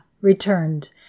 returned